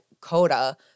Coda